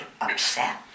upset